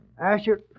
Asher